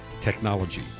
technology